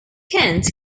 kent